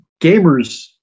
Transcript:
Gamers